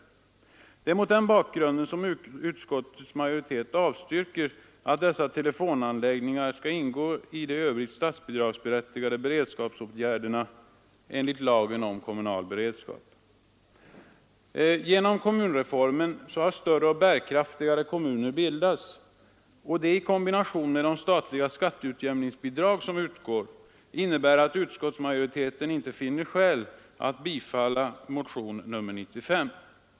Det är mot den bakgrunden som utskottets majoritet avstyrker motionsyrkandet att dessa telefonanläggningar skall ingå i de i övrigt enligt lagen om kommunal beredskap statsbidragsberättigade beredskapsåtgärderna. Genom kommunreformen har större och bärkraftigare kommuner bildats. Detta i kombination med de statliga skatteutjämningsbidrag som utgår gör att utskottsmajoriteten inte finner skäl att bifalla motionen 95.